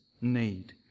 need